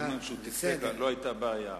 כל זמן שהוא תקתק לא היתה בעיה.